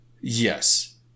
Yes